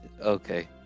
Okay